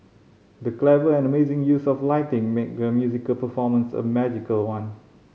the clever and amazing use of lighting made the musical performance a magical one